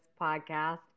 podcast